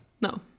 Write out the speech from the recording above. No